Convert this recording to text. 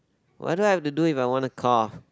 what do I have to do if I want a car